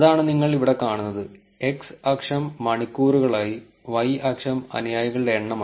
അതാണ് നിങ്ങൾ ഇവിടെ കാണുന്നത് x അക്ഷം മണിക്കൂറുകളായി y അക്ഷം അനുയായികളുടെ എണ്ണമായി